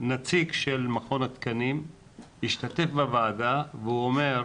נציג של מכון התקנים השתתף בוועדה והוא אומר: